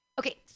okay